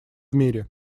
мире